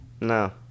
no